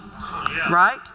Right